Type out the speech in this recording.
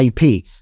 ip